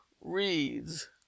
reads